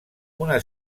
una